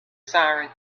siren